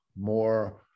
more